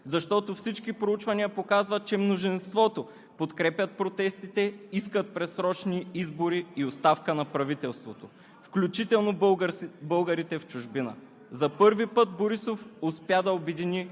Няма да заглушите критиката, няма да направите трето качество хора поколение българите. Защото всички проучвания показват, че мнозинството подкрепят протестите, искат предсрочни избори и оставка на правителството,